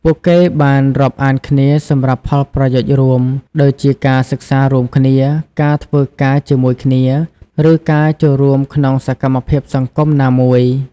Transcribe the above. ពួកគេបានរាប់អានគ្នាសម្រាប់ផលប្រយោជន៍រួម ដូចជាការសិក្សារួមគ្នា ការធ្វើការជាមួយគ្នា ឬការចូលរួមក្នុងសកម្មភាពសង្គមណាមួយ។